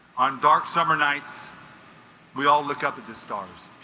on dark summer nights we all look up at the stars